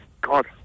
God